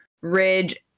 Ridge